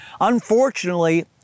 Unfortunately